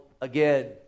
again